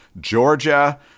Georgia